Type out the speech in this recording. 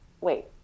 wait